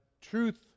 truth